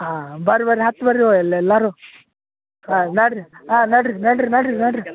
ಹಾಂ ಬರ್ರಿ ಬರ್ರಿ ಹತ್ತಿ ಬರ್ರಿ ಎಲ್ಲ ಎಲ್ಲರೂ ಹಾಂ ನಡ್ರಿ ಹಾಂ ನಡ್ರಿ ನಡ್ರಿ ನಡ್ರಿ ನಡ್ರಿ